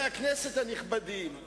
נשאל אותו אם הוא חי או מת.